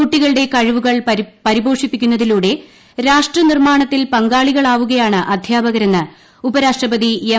കുട്ടികളുടെ കഴിവുകൾ പരിപോഷിപ്പിക്കുന്നതിലൂടെ രാഷ്ട്ര നിർമ്മാണത്തിൽ പങ്കാളികളാവുകയാണ് അധ്യാപകരെന്ന് ഉപരാഷ്ട്രപതി എം